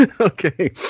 Okay